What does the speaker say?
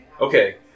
Okay